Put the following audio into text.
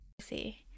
see